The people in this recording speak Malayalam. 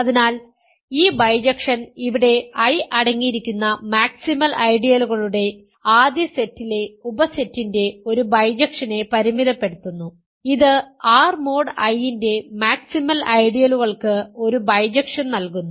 അതിനാൽ ഈ ബൈജക്ഷൻ ഇവിടെ I അടങ്ങിയിരിക്കുന്ന മാക്സിമൽ ഐഡിയലുകളുടെ ആദ്യ സെറ്റിലെ ഉപസെറ്റിന്റെ ഒരു ബൈജക്ഷനെ പരിമിതപ്പെടുത്തുന്നു ഇത് R മോഡ് I ന്റെ മാക്സിമൽ ഐഡിയലുകൾക്ക് ഒരു ബൈജക്ഷൻ നൽകുന്നു